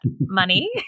money